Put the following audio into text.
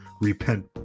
repent